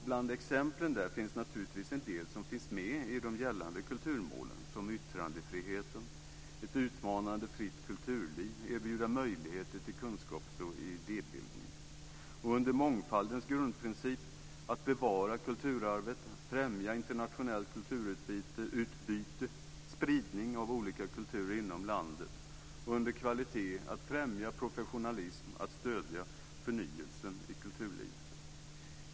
Bland exemplen finns naturligtvis en del som finns med i de gällande kulturmålen, såsom yttrandefriheten, ett utmanande och fritt kulturliv, möjligheter till kunskaps och idébildning. Under mångfaldens grundprincip har vi som delmål att bevara kulturarvet, att främja internationellt kulturutbyte, att sprida olika kulturer inom landet. Under kvalitetens grundprincip har vi som delmål att främja professionalism och att stödja förnyelse i kulturlivet. Fru talman!